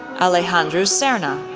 alejandro serna,